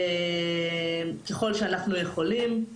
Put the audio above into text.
ככל שאנחנו יכולים.